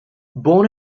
born